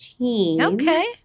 Okay